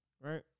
Right